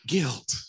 Guilt